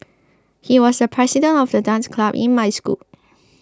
he was the president of the dance club in my school